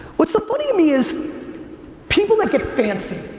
what's so funny to me is people that get fancy.